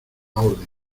orden